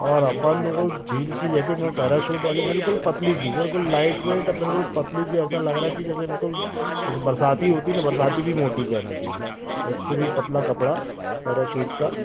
और अपन वो झील की जैकेट में पैराशूट वाले बिल्कुल पतली सी बिल्कुल लाइट व्हेट बिल्कुल पतली सी ऐसा लग रहा है कि बिल्कुल जैसे बरसाती होती ना बरसाती भी मोटी कहना चाहिए उससे भी पतला कपड़ा पैराशूट का